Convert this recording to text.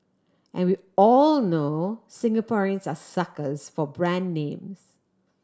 and we all know Singaporeans are suckers for brand names